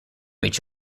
each